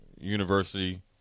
university